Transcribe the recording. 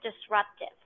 disruptive